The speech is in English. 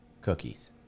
Cookies